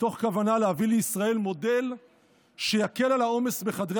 מתוך כוונה להביא לישראל מודל שיקל על העומס בחדרי